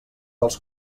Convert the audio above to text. els